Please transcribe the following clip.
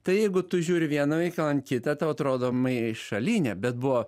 tai jeigu tu žiūri vieną veikalą kitą tau atrodo maišalynė bet buvo